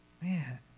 man